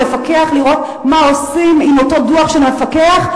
או לפקח, לראות מה עושים עם אותו דוח של המפקח?